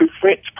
French